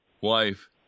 wife